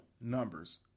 numbers